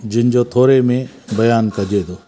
जिनिजो थोरे में बयानि कजे थो